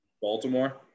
Baltimore